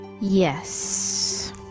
Yes